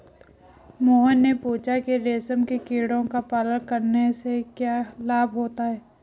मोहन ने पूछा कि रेशम के कीड़ों का पालन करने से क्या लाभ होता है?